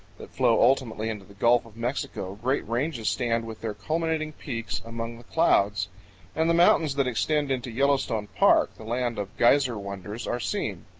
that flow ultimately into the gulf of mexico, great ranges stand with their culminating peaks among the clouds and the mountains that extend into yellowstone park, the land of geyser wonders, are seen.